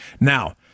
Now